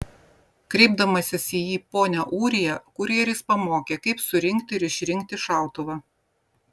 kreipdamasis į jį pone ūrija kurjeris pamokė kaip surinkti ir išrinkti šautuvą